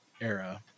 era